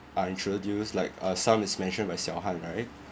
are introduced like uh some is mentioned by xiao han right